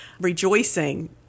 rejoicing